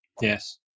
Yes